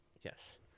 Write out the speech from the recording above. Yes